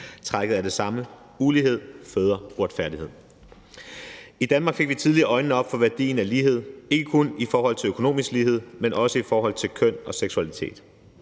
fællestrækket er det samme: Ulighed føder uretfærdighed. I Danmark fik vi tidligt øjnene op for værdien af lighed, ikke kun i forhold til økonomisk lighed, men også i forhold til køn og seksualitet.